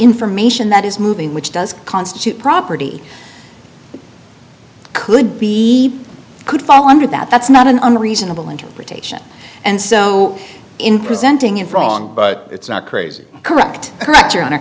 information that is moving which does constitute property could be could fall under that that's not an under reasonable interpretation and so in presenting in front but it's not crazy correct correct your